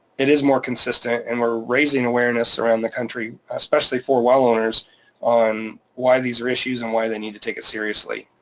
it is more consistent and we're raising awareness around the country, especially for well owners on why these are issues and why they need to take it seriously.